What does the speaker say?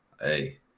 hey